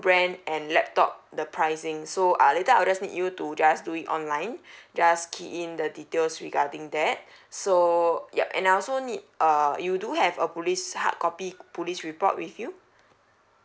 brand and laptop the pricing so uh later I'll just need you to just do it online just key in the details regarding that so yup and I also need err you do have a police hardcopy police report with you